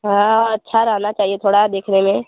हाँ औ अच्छा रहना चाहिए थोड़ा देखने में